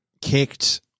kicked